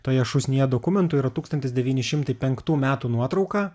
toje šūsnyje dokumentų yra tūkstantis devyni šimtai penktų metų nuotrauka